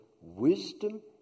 wisdom